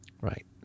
Right